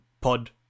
pod